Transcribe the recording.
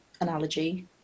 analogy